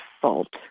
Fault